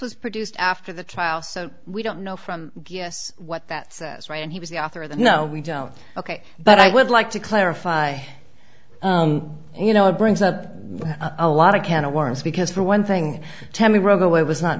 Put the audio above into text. was produced after the trial so we don't know from guess what that says right and he was the author of the no we don't ok but i would like to clarify you know it brings up a lot of can of worms because for one thing